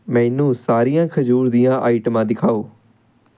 ਮੈਨੂੰ ਸਾਰੀਆਂ ਖਜੂਰ ਦੀਆਂ ਆਈਟਮਾਂ ਦਿਖਾਓ